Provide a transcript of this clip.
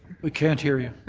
we can't hear you.